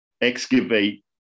excavate